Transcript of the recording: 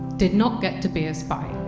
did not get to be a spy.